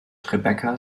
rebecca